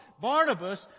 Barnabas